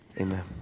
amen